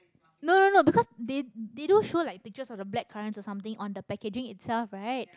no no no because they they do show like pictures of the blackcurrants or something on the packaging itself right